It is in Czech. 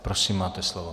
Prosím, máte slovo.